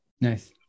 Nice